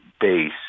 base